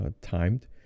timed